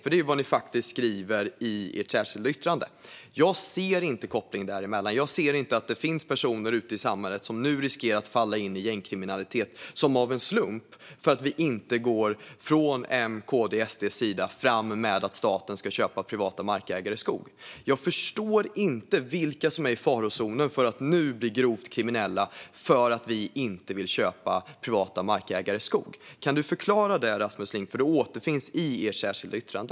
Det är ju vad ni skriver i ert särskilda yttrande. Jag ser inte kopplingen däremellan. Jag ser inte att det finns personer ute i samhället som nu riskerar att falla in i gängkriminalitet, som av en slump, för att vi från M:s, KD:s och SD:s sida inte går fram med att staten ska köpa privata markägares skog. Jag förstår inte vilka som är i farozonen för att nu bli grovt kriminella för att vi inte vill köpa privata markägares skog. Kan du förklara det, Rasmus Ling, för detta återfinns i ert särskilda yttrande?